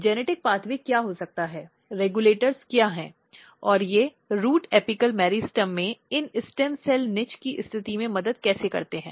genetic pathway क्या हो सकता है रेगुलेटर क्या हैं और ये रूट स्टेम मेरिस्टेम में इन स्टेम सेल निच की स्थिति में मदद कैसे करते हैं